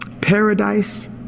paradise